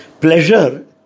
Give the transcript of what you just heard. Pleasure